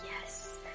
yes